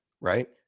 right